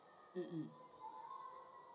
um um